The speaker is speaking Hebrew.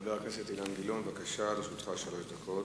חבר הכנסת אילן גילאון, בבקשה, לרשותך שלוש דקות.